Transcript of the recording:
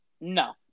No